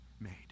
made